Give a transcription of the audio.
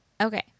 okay